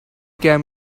can